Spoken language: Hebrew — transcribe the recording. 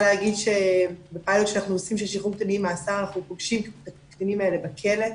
להגיד ש --- של שחרור קטינים ממאסר אנחנו פוגשים את הקטינים האלה בכלא,